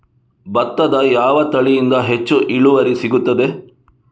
ಭತ್ತದ ಯಾವ ತಳಿಯಿಂದ ಹೆಚ್ಚು ಇಳುವರಿ ಸಿಗುತ್ತದೆ?